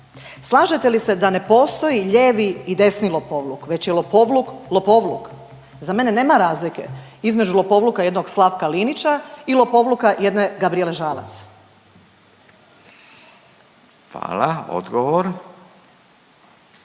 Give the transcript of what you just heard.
Slažete li se da ne postoji lijevi i desni lopovluk već je lopovluk, lopovluk? Za mene nema razlike između lopovluka jednog Slavka Linića i lopovluka jedne Gabrijele Žalac. **Radin,